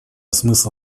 смысл